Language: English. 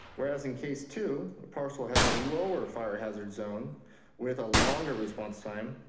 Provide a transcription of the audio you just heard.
whereas in case two, the parcel has a lower fire hazard zone with a longer response time,